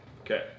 Okay